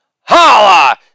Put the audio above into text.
Holla